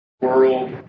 World